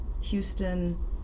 Houston